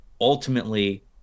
ultimately